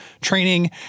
training